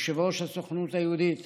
יושב-ראש הסוכנות היהודית